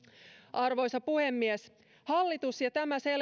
arvoisa puhemies hallitus ja tämä